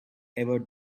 ever